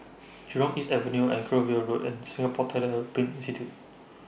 Jurong East Avenue Anchorvale Road and Singapore Tyler Print Institute